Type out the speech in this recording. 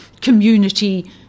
community